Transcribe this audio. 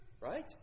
Right